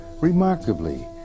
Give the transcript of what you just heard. Remarkably